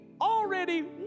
already